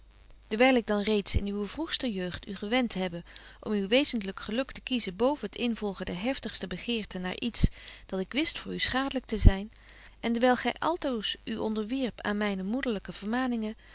dewyl ik dan reeds in uwe vroegste jeugd u gewent hebbe om uw wezentlyk geluk te kiezen boven het involgen der heftigste begeerte naar iets dat ik wist voor u schadelyk te zyn en dewyl gy altoos u onderwierpt aan myne moederlyke vermaningen